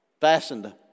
fastened